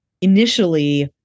Initially